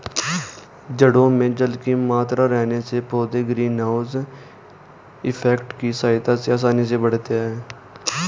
जड़ों में जल की मात्रा रहने से पौधे ग्रीन हाउस इफेक्ट की सहायता से आसानी से बढ़ते हैं